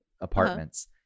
apartments